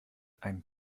ein